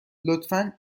لطفا